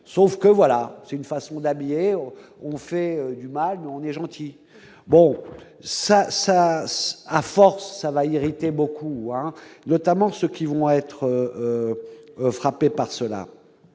sauf que voilà, c'est une façon d'habiller, on fait du mal, on est gentil, bon ça ça à force ça va irriter beaucoup, notamment ceux qui vont être frappés par cela,